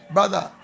Brother